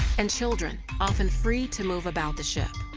and children often free to move about the ship.